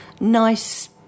nice